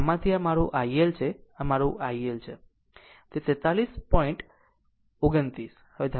આમ જેમાંથી અને આ મારું IL છે તે મારું IL છે કે 43 point r 29